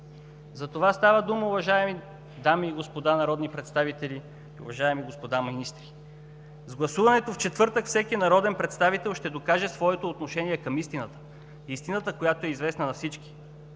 За това става дума, уважаеми дами и господа народни представители, уважаеми господа министри! С гласуването в четвъртък всеки народен представител ще докаже своето отношение към истината – истината, която е известна на всички.